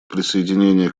присоединения